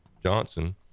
Johnson